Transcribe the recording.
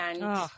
and-